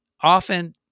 often